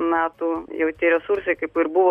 metų jau tie resursai kaip ir buvo